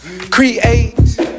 Create